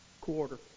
Quarter